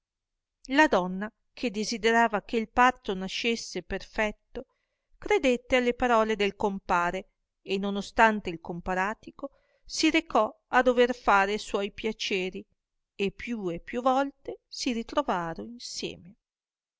la donna che desiderava che il parto nascesse perfetto credette alle parole del compare e non ostante il comparatico si recò a dover fare e suoi piaceri e più e più volte si ritrovar insieme